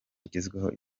igezweho